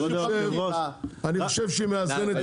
אני חושב שהיא מאזנת.